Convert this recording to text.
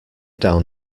down